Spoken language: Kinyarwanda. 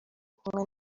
kumwe